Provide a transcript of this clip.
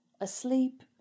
Asleep